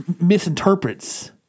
misinterprets